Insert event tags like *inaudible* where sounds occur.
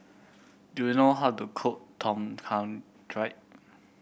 do you know how to cook Tom Kha *unintelligible*